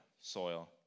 soil